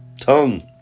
tongue